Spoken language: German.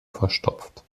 verstopft